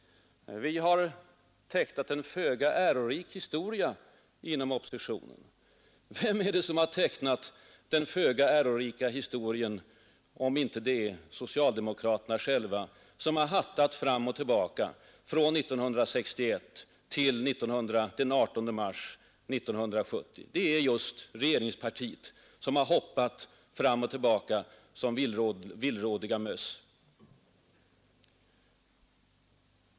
Ni har tecknat en ”föga ärorik historia” inom oppositionen, sade handelsministern. Vem har tecknat en föga ärorik historia om inte socialdemokraterna själva, som har hattat fram och tillbaka från 1961 till den 18 mars 1970? Det är regeringen som har hoppat fram och tillbaka som villrå diga möss.